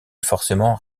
forcément